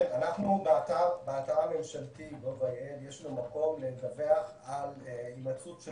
באתר הממשלתי GOV.IL ישנו מקום לדווח על הימצאות של